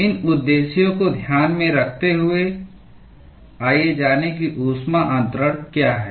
इन उद्देश्यों को ध्यान में रखते हुए आइए जानें कि ऊष्मा अन्तरण क्या है